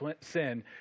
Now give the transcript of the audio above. sin